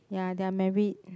ya they are married